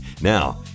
Now